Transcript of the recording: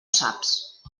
saps